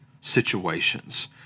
situations